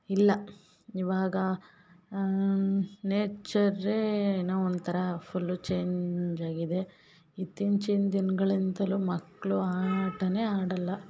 ಇಲ್ಲ ಇವಾಗ ನೇಚರ್ರೇ ಏನೋ ಒಂಥರ ಫುಲ್ಲು ಚೇಂಜ್ ಆಗಿದೆ ಇತ್ತಿಚಿನ ದಿನ್ಗಳು ಎಂತಲು ಮಕ್ಕಳು ಆಟನೆ ಆಡಲ್ಲ